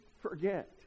forget